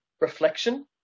Reflection